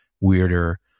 weirder